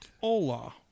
Hola